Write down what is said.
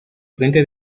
frente